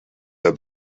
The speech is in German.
der